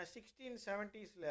1670s